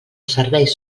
serveis